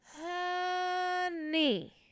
Honey